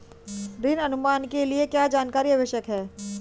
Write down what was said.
ऋण अनुमान के लिए क्या जानकारी आवश्यक है?